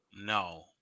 No